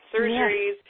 surgeries